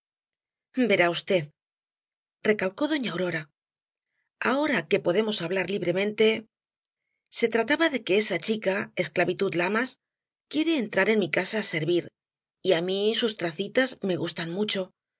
verá v recalcó doña aurora ahora que podemos hablar libremente se trataba de que esa chica esclavitud lamas quiere entrar en mi casa á servir y á mi sus tracitas me gustan mucho